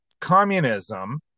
communism